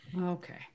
Okay